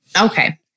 okay